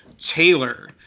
Taylor